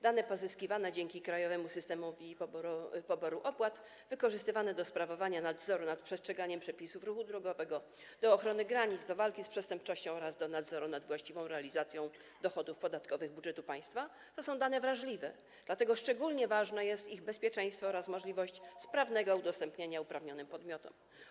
Dane pozyskiwane dzięki Krajowemu Systemowi Poboru Opłat - wykorzystywane do sprawowania nadzoru nad przestrzeganiem przepisów ruchu drogowego, do ochrony granic, do walki z przestępczością oraz do nadzoru nad właściwą realizacją dochodów podatkowych budżetu państwa - to są dane wrażliwe, dlatego szczególnie ważne jest ich bezpieczeństwo oraz możliwość sprawnego udostępniania uprawnionym podmiotom.